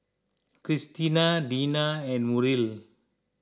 Cristina Deena and Muriel